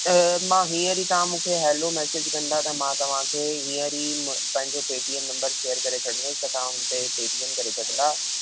त मां हींअर ई तव्हां मूंखे हेलो मैसेज कंदा त मां तव्हांखे हींअर ई पंहिंजो Paytm number share करे छॾंदुसि त तव्हां हुन ते पे टी एम करे छॾंदा